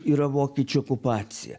yra vokiečių okupacija